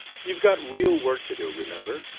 you've got real work to do, remember.